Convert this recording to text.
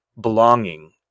belonging